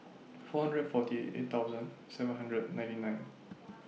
four hundred forty eight thousand seven hundred ninety nine